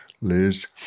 Liz